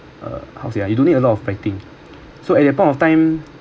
uh how to say ah you don't need a lot of writing so at that point of time